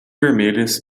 vermelhas